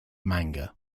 manger